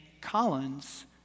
Collins